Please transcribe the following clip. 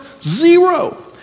Zero